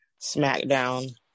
SmackDown